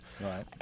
Right